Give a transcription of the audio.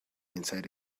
inside